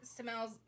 smells